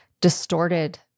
distorted